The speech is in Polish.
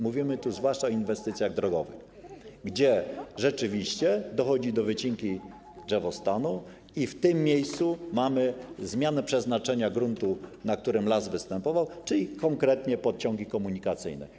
Mówimy tu zwłaszcza o inwestycjach drogowych, w przypadku których rzeczywiście dochodzi do wycinki drzewostanu i w tym miejscu mamy zmianę przeznaczenia gruntu, na którym las występował, czyli konkretnie chodzi o podciągi komunikacyjne.